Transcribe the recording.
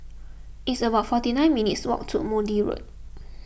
it's about forty nine minutes' walk to Maude Road